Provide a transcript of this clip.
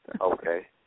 Okay